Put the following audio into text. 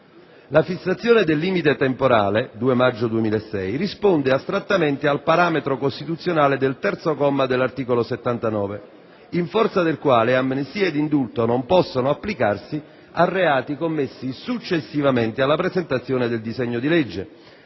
La fissazione del limite temporale - 2 maggio 2006 - risponde astrattamente al parametro costituzionale del terzo comma dell'articolo 79, in forza del quale amnistia ed indulto non possono applicarsi a reati commessi successivamente alla presentazione del disegno di legge